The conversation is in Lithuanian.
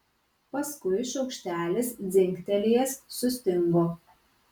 paskui šaukštelis dzingtelėjęs sustingo